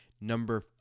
number